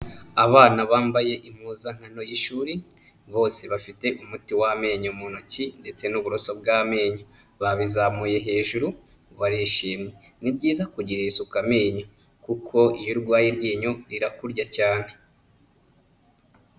Abana bambaye impuzankano y'ishuri, bose bafite umuti w'amenyo mu ntoki ndetse n'uburoso bw'amenyo, babizamuye hejuru barishimye. Ni byiza kugirira isuka amenyo, kuko iyo urwaye iryinyo rirakurya cyane.